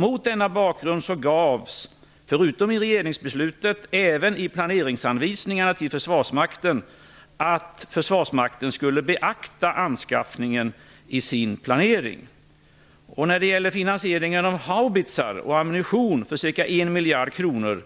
Mot den bakgrunden angavs förutom i regeringsbeslutet även i planeringsanvisningarna till Försvarsmakten att Försvarsmakten skulle beakta anskaffningen i sin planering. När det gäller finansieringen av haubitsar och ammunition på ca 1 miljard kronor